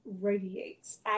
radiates